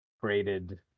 created